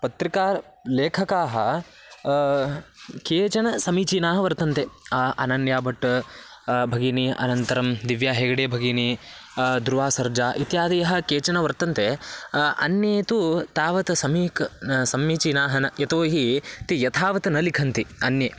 पत्रिकालेखकाः केचन समीचीनाः वर्तन्ते अनन्याभट्ट भगिनी अनन्तरं दिव्या हेगडे भगिनी दृवासर्जा इत्यादयः केचन वर्तन्ते अन्ये तु तावत् सम्मीक् सम्मीचीनाः न यतोहि ते यथावत् न लिखन्ति अन्ये